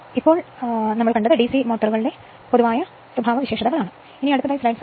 ഇപ്പോൾ ഡിസി മോട്ടോറുകളുടെ സ്വഭാവം